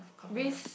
compromise